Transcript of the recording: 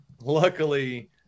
luckily